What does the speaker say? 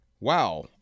Wow